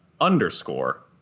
underscore